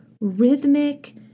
rhythmic